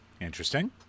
interesting